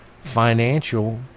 financial